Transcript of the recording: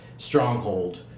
Stronghold